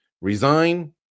Resign